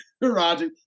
Roger